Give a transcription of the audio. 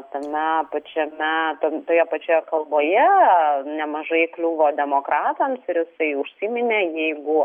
tame pačiame tam toje pačioje kalboje nemažai kliūva demokratams ir jisai užsiminė jeigu